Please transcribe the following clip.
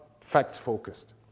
facts-focused